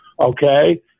okay